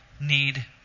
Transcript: need